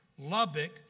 Lubbock